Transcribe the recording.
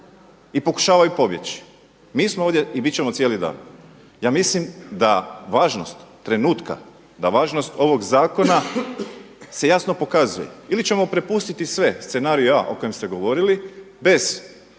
i pokušavaju pobjeći. Mi smo ovdje i bit ćemo cijeli dan. Ja mislim da važnost trenutka, da važnost ovog zakona se jasno pokazuje ili ćemo prepustiti sve scenarij A o kojem ste govorili bez